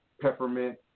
peppermint